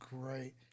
great